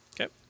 Okay